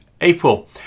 April